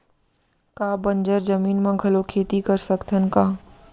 का बंजर जमीन म घलो खेती कर सकथन का?